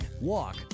walk